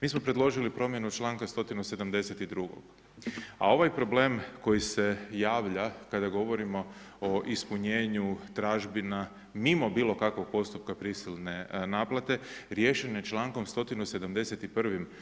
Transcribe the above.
Mi smo predložili promjenu članka 172., a ovaj problem koji se javlja kada govorimo o ispunjenju tražbina mimo bilo kakvog postupka prisilne naplate riješen je člankom 171.